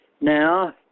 now